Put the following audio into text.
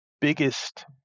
Biggest